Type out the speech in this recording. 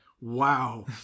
Wow